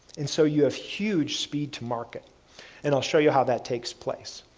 and so, you have huge speed to market and i'll show you how that takes place.